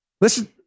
Listen